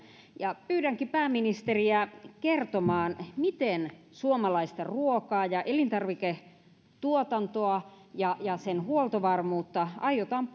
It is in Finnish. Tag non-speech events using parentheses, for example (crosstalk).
pyydänkin pääministeriä kertomaan miten suomalaista ruokaa ja elintarviketuotantoa ja ja sen huoltovarmuutta aiotaan (unintelligible)